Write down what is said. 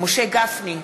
משה גפני,